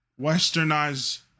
westernized